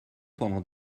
pendant